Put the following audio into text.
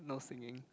no singing